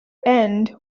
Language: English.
end